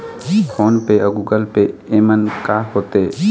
Phone पे अउ Google Pay येमन का होते?